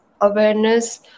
awareness